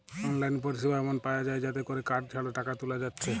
online পরিসেবা এমন পায়া যায় যাতে কোরে কার্ড ছাড়া টাকা তুলা যাচ্ছে